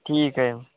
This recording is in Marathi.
ठीक आहे